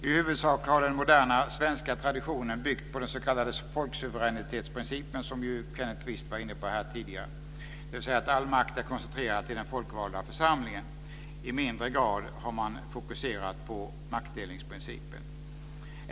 I huvudsak har den moderna svenska traditionen byggts på den s.k. folksuveränitetsprincipen, som Kenneth Kvist var inne på tidigare, dvs. att all makt är koncentrerad till den folkvalda församlingen. I mindre grad har man fokuserat på maktdelningsprincipen.